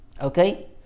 Okay